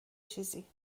چیزی